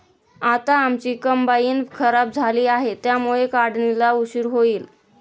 आता आमची कंबाइन खराब झाली आहे, त्यामुळे काढणीला उशीर होईल